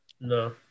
No